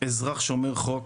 אזרח שומר חוק,